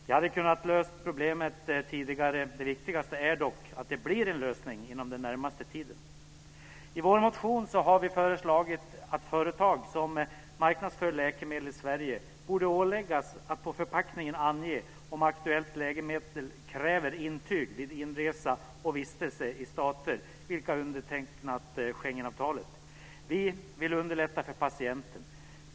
Vi hade kunnat lösa problemet tidigare. Det viktigast är dock att det blir en lösning inom den närmaste tiden. I vår motion har vi bl.a. föreslagit att företag som marknadsför läkemedel i Sverige borde åläggas att på förpackningen ange om aktuellt läkemedel kräver intyg vid inresa och vistelse i stater vilka undertecknat Schengenavtalet. Vi vill underlätta för patienten.